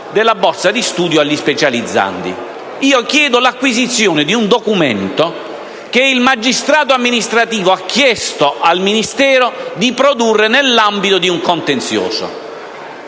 della borsa di studio agli specializzandi. Io chiedo l’acquisizione di un documento che il magistrato amministrativo ha chiesto al Ministero di produrre nell’ambito di un contenzioso.